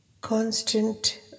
constant